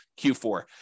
Q4